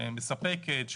מספקת,